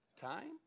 time